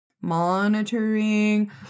monitoring